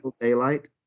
daylight